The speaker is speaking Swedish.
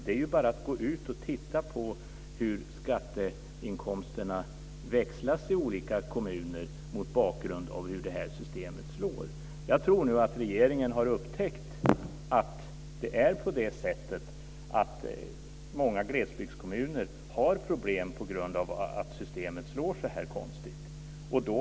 Det är bara att gå ut och titta på hur skatteinkomsterna växlas i olika kommuner mot bakgrund av hur detta system slår. Jag tror att regeringen har upptäckt att det är på det sättet att många glesbygdskommuner har problem på grund av att systemet slår så här konstigt.